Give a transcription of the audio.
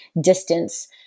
distance